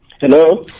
Hello